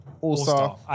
All-star